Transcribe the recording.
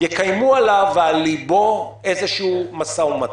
יקיימו עליו ועל ליבו איזה משא-ומתן,